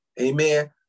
amen